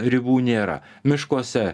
ribų nėra miškuose